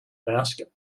basket